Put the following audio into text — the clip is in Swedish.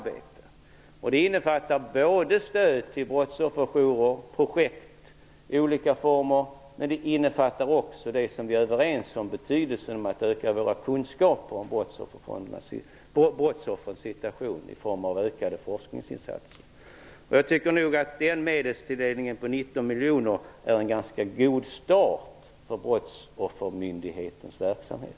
Beloppet innefattar både stöd till brottsofferjourer och projekt i olika former. Men det innefattar också - och betydelsen av det är vi överens om - att vi skall öka våra kunskaper om brottsoffrens situation genom ökade forskningsinsatser. Jag tycker nog att en medelstilldelning på 19 miljoner är en ganska god start för Brottsoffermyndighetens verksamhet.